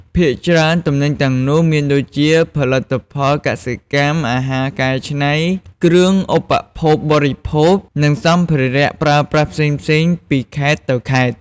ភាគច្រើនទំនិញទាំងនោះមានដូចជា ផលិតផលកសិកម្ម អាហារកែច្នៃ គ្រឿងឧបភោគបរិភោគ និងសម្ភារប្រើប្រាស់ផ្សេងៗពីខេត្តទៅខេត្ត។